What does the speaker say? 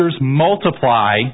multiply